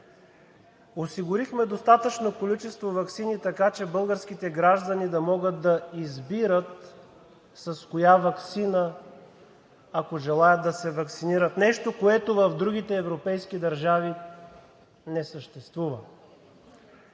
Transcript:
Осигурихме достатъчно количество ваксини, така че българските граждани да могат да избират с коя ваксина, ако желаят, да се ваксинират – нещо, което в другите европейски държави не съществува.